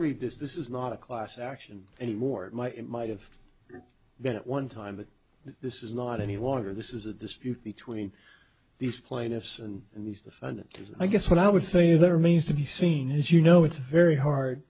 read this this is not a class action anymore my it might have been at one time but this is not any longer this is a dispute between these plaintiffs and these and i guess what i would say is that remains to be seen as you know it's very hard